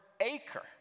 acre